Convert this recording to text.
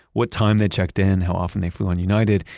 what time they checked in, how often they flew on united,